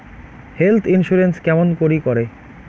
Health insurance কেমন করি করে?